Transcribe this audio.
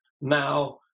now